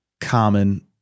common